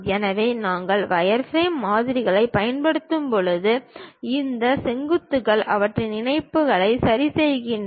எனவே நாங்கள் வயர்ஃப்ரேம் மாதிரிகளைப் பயன்படுத்தும்போது இந்த செங்குத்துகள் அவற்றின் இணைப்புகளை சரிசெய்கின்றன